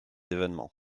événement